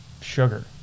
sugar